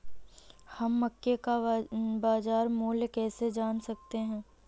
हम मक्के का बाजार मूल्य कैसे जान सकते हैं?